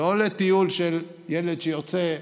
שלצערי נהרגו שם גם מאות אלפי